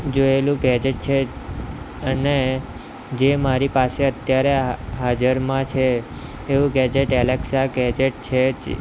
જોયેલું ગેજેટ છે અને જે મારી પાસે અત્યારે હાજરમાં છે એવું ગેજેટ એલેકસા ગેજેટ છે